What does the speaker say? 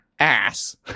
ass